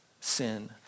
sin